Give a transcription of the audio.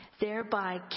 thereby